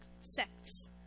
sects